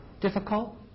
difficult